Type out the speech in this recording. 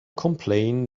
complain